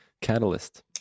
Catalyst